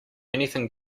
anything